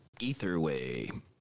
Etherway